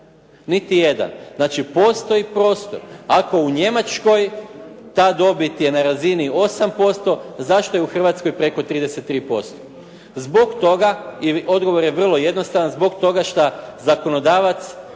Niti jedan. Znači postoji prostor. Ako u Njemačkoj ta dobit je na razini 8% zašto je u Hrvatskoj preko 33%. Zbog toga ili odgovor je vrlo jednostavan, zbog toga šta zakonodavac